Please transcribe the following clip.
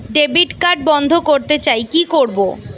Debit card বন্ধ করতে চাই কি করব?